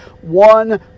One